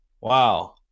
Wow